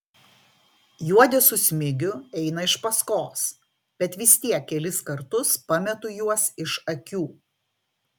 juodė su smigiu eina iš paskos bet vis tiek kelis kartus pametu juos iš akių